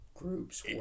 Groups